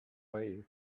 way